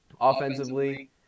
Offensively